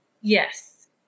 Yes